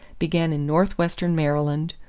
began in northwestern maryland,